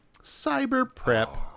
cyberprep